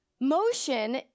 Motion